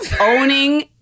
owning